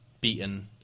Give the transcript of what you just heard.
beaten